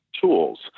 tools